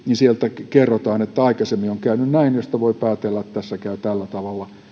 niin sieltä kerrotaan että aikaisemmin on käynyt näin mistä voi päätellä että tässä käy tällä tavalla